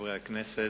חברי הכנסת,